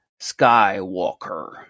Skywalker